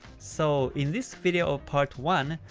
so, in this video of part one,